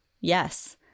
Yes